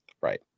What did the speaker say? right